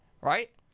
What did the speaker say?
Right